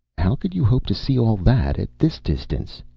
how could you hope to see all that, at this distance?